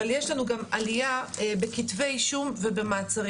אבל יש לנו גם עלייה בכתבי אישום ובמעצרים.